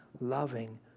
loving